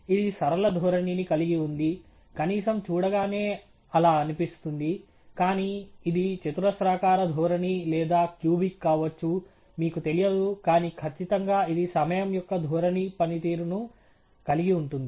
ఇది సరళ ధోరణిని కలిగి ఉంది కనీసం చూడగానే ఆలా అనిపిస్తుంది కానీ ఇది చతురస్రాకార ధోరణి లేదా క్యూబిక్ కావచ్చు మీకు తెలియదు కానీ ఖచ్చితంగా ఇది సమయం యొక్క ధోరణి పనితీరును కలిగి ఉంటుంది